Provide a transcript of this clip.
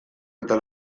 eta